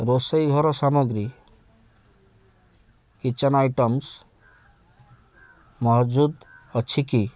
ରୋଷେଇ ଘର ସାମଗ୍ରୀ କିଚେନ୍ ଆଇଟମ୍ସ ମହଜୁଦ ଅଛି କି